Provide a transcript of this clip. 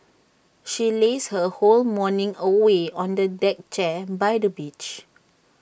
she lazed her whole morning away on A deck chair by the beach